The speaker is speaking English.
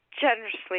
generously